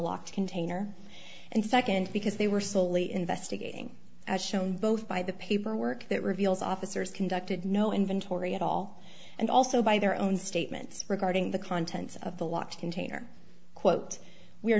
locked container and second because they were slowly investigating as shown both by the paperwork that reveals officers conducted no inventory at all and also by their own statements regarding the contents of the locked container quote we